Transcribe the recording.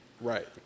Right